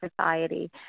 society